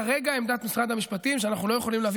כרגע עמדת משרד המשפטים היא שאנחנו לא יכולים להביא